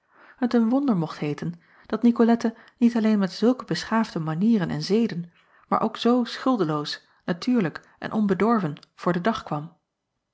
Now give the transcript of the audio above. het een wonder mocht heeten dat icolette niet alleen met zulke beschaafde manieren en zeden maar ook zoo schuldeloos natuurlijk en onbedorven voor den dag kwam